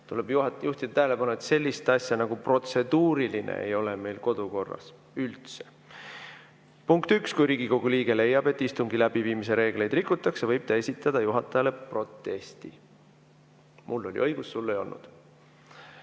Tuleb juhtida tähelepanu, et sellist asja nagu protseduuriline ei ole meil kodukorras üldse. Punkt 1: "Kui Riigikogu liige leiab, et istungi läbiviimise reegleid rikutakse, võib ta esitada istungi juhatajale protesti." Mul oli õigus, sul ei olnud.